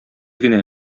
генә